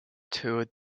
toured